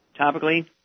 topically